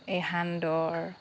এই সান্দৰ